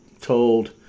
told